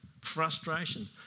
frustration